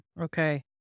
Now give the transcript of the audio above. Okay